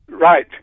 Right